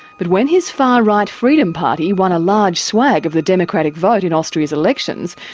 but when his far-right freedom party won a large swag of the democratic vote in austria's elections,